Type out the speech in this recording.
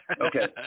Okay